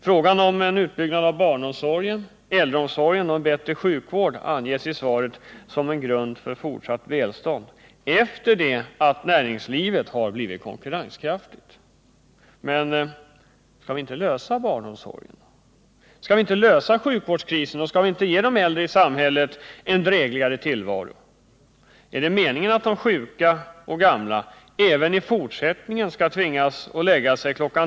Frågan om en utbyggnad av barnomsorgen, äldreomsorgen och en bättre sjukvård anges i svaret som en grund för fortsatt välstånd — efter det att näringslivet har blivit konkurrenskraftigt. Men skall vi inte lösa frågan om barnomsorgen? Skall vi inte lösa sjukvårdskrisen, och skall vi inte ge de äldre i samhället en drägligare tillvaro? Är det meningen att de sjuka och gamla även i fortsättningen skall tvingas att lägga sig kl.